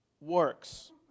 works